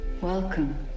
Welcome